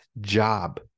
job